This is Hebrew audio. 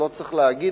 שלא צריך להגיד,